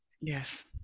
Yes